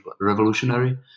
revolutionary